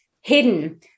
hidden